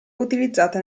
utilizzate